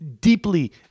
deeply